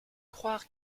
croire